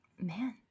Man